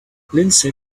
lindsey